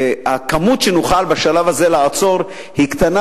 הכמות שנוכל בשלב הזה לעצור היא קטנה